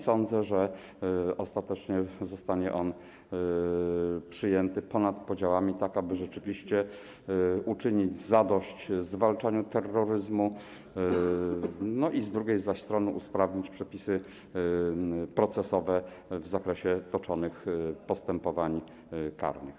Sądzę, że ostatecznie zostanie on przyjęty ponad podziałami, tak aby rzeczywiście uczynić zadość potrzebie zwalczania terroryzmu, z drugiej zaś strony usprawnić przepisy procesowe w zakresie toczonych postępowań karnych.